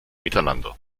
miteinander